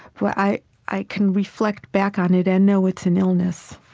but i i can reflect back on it and know it's an illness